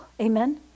Amen